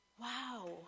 wow